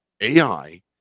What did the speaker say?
AI